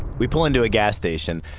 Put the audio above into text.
we pull into a gas station.